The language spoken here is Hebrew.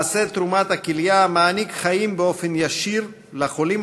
מעשה תרומת הכליה מעניק חיים באופן ישיר לחולים